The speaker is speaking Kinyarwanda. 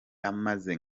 ameze